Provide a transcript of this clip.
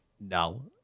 No